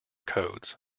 codes